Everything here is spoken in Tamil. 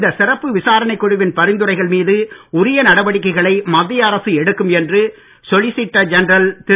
இந்த சிறப்பு விசாரணைக் குழுவின் பரிந்துரைகள் மீது உரிய நடவடிக்கைகளை மத்திய அரசு எடுக்கும் என்று சொலிசிட்டர் ஜெனரல் திரு